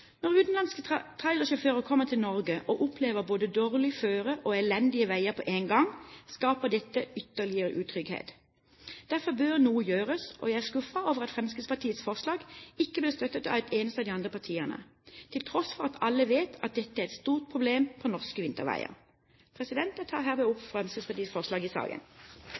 Når utenlandske trailersjåfører kommer til Norge og opplever både dårlig føre og elendige veier på én gang, skaper dette ytterligere utrygghet. Derfor bør noe gjøres, og jeg er skuffet over at Fremskrittspartiets forslag ikke ble støttet av et eneste av de andre partiene, til tross for at alle vet at dette er et stort problem på norske vinterveier. Jeg tar herved opp Fremskrittspartiets forslag i saken.